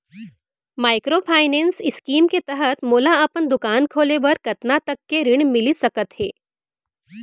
Microfinance scheme के तहत मोला अपन दुकान खोले बर कतना तक के ऋण मिलिस सकत हे?